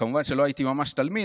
וכמובן שלא הייתי ממש תלמיד,